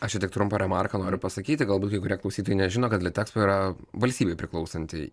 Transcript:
aš tik trumpą remarką noriu pasakyti galbūt kai kurie klausytojai nežino kad litexpo yra valstybei priklausanti